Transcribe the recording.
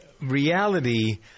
reality